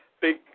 big